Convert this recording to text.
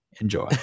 enjoy